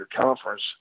conference